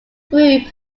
group